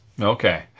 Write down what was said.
Okay